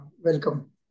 welcome